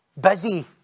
Busy